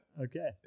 okay